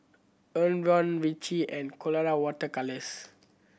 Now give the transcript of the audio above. Enervon Vichy and Colora Water Colours